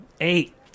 Eight